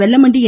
Vellamandi என்